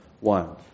one